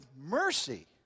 mercy